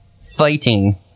fighting